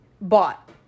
bought